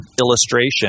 illustration